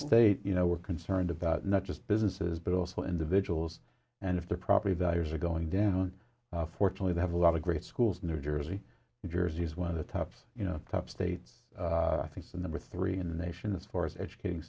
stay you know we're concerned about not just businesses but also individuals and if their property values are going down fortunately they have a lot of great schools new jersey jersey is one of the top you know top states i think the number three in the nation is force educating